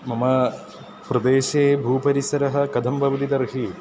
मम प्रदेशे भूपरिसरः कथं भवति तर्हि